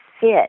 fit